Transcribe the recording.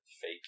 fake